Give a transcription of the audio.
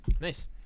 Nice